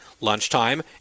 lunchtime